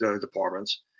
departments